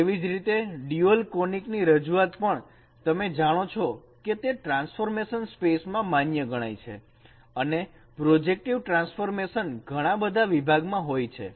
તેવી જ રીતે ડ્યુઅલ કોનીકસ ની રજૂઆત પણ તમે જાણો છો કે તે ટ્રાન્સફોર્મેશન સ્પેસમાં માન્ય ગણાય છે અને પ્રોજેક્ટિવ ટ્રાન્સફોર્મેશન ઘણા બધા વિભાગમાં હોય છે